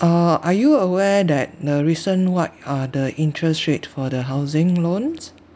uh are you aware that the recent what are the interest rate for the housing loans